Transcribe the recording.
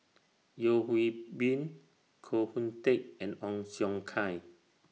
Yeo Hwee Bin Koh Hoon Teck and Ong Siong Kai